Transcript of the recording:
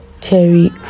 terry